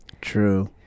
True